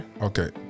Okay